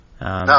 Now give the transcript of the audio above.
No